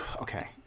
okay